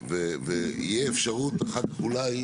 ותהיה אפשרות אחר כך אולי